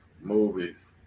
Movies